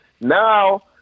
Now